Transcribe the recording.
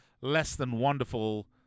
less-than-wonderful